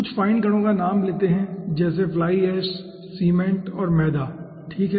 कुछ फाइन कणों का नाम लेते है जैसे फ्लाई ऐश सीमेंट और मैदा ठीक है